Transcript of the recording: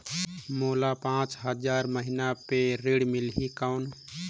मोला पांच हजार महीना पे ऋण मिलही कौन?